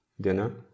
dinner